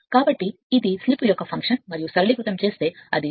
కాబట్టి ఇది స్లిప్ యొక్క ఫంక్షన్ మరియు సరళీకృతం చేస్తే అది 2